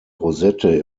rosette